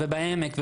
בעמק,